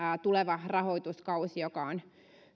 tuleva rahoituskausi joka on